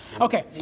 Okay